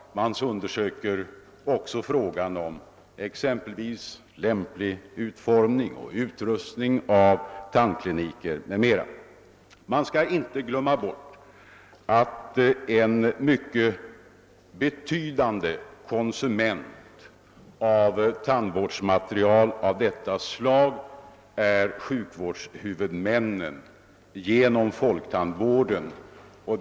Man undersöker också exempelvis frågan om lämplig utformning och utrustning av tandkliniker m.m. Man skall inte glömma att en myc: ket betydande konsument av tandvårds. material av detta slag är sjukvårdshuvudmännen genom folktandvården, vil.